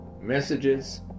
messages